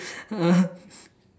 uh